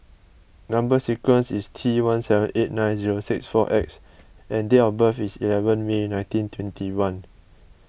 Number Sequence is T one seven eight nine zero six four X and date of birth is eleven May nineteen twenty one